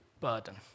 burden